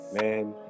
Man